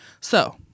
So-